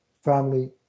family